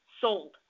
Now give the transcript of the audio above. sold